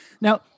now